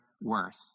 worth